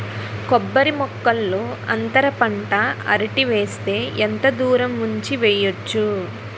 కొబ్బరి మొక్కల్లో అంతర పంట అరటి వేస్తే ఎంత దూరం ఉంచి వెయ్యొచ్చు?